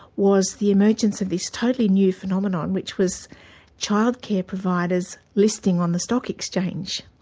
was the emergence of this totally new phenomenon which was childcare providers listing on the stock exchange.